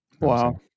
Wow